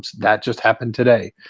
that just happened today.